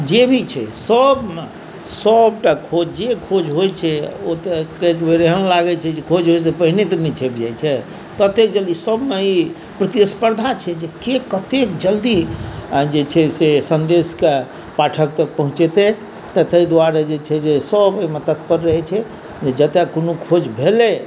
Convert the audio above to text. जे भी छै सभमे सभटा खोज जे खोज होइ छै ओ तऽ एक बेर एहन लागै छै जे खोज होइसँ पहिने तऽ नहि छपि जाइ छै तत्ते जल्दी सभमे ई प्रतिस्पर्धा छै जे के कतेक जल्दी जे छै से सन्देशके पाठक तक पहुँचेतै तऽ तहि दुआरे जे छै जे सभ एहिमे तत्पर रहै छै जे जतै कोनो खोज भेलै